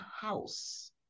house